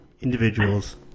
individuals